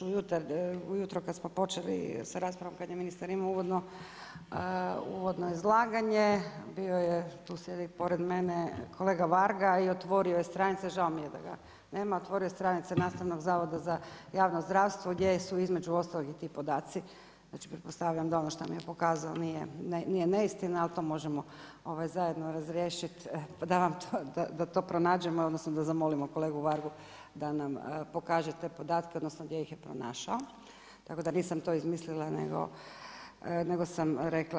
Kolegice Bedeković, žao mi je, još ujutro kad smo počeli sa raspravo kad je ministar imao uvodno izlaganje, bio je, tu sjedi pored mene kolega Varga i otvorio je stranice, žao mi je da ga nema, otvorio je stranice Nastavnog zavoda za javno zdravstvo gdje su između ostalog i ti podaci, već pretpostavljam da ono što mi je pokazao nije neistina ali to možemo zajedno razriješiti da to pronađemo odnosno da zamolimo kolegu Vargu da nam pokaže te podatke odnosno gdje ih je pronašao, tako da nisam to izmislila nego sam rekla.